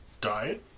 Died